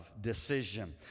decision